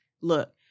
look